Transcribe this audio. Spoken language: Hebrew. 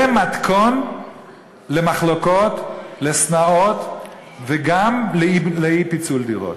זה מתכון למחלוקות, לשנאות, וגם לאי-פיצול דירות.